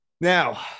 now